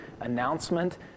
announcement